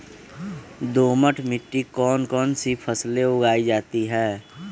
दोमट मिट्टी कौन कौन सी फसलें उगाई जाती है?